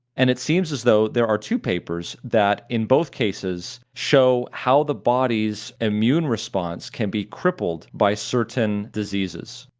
and it seems as though there are two papers that in both cases show how the body's immune response can be crippled by certain diseases,